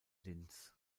linz